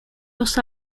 los